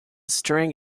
string